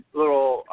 little